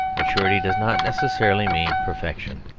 maturity does not necessarily mean perfection.